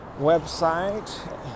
website